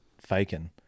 faking